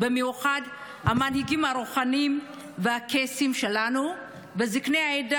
במיוחד המנהיגים הרוחניים והקייסים שלנו וזקני העדה,